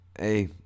hey